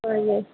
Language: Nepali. हजुर